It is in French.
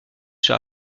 sur